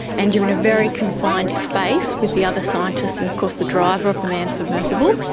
and you're in a very confined space with the other scientists and of course the driver of the manned submersible.